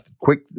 quick